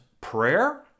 prayer